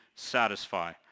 satisfy